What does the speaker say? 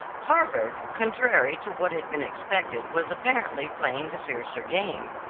harvard, contrary to what had been expected was apparently playing the fiercer game.